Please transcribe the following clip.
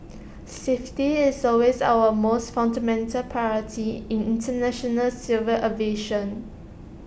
safety is always our most fundamental priority in International civil aviation